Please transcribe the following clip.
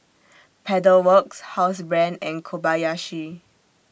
Pedal Works Housebrand and Kobayashi